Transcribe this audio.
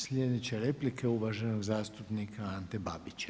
Sljedeća replika je uvaženog zastupnika Ante Babića.